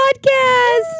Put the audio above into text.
podcast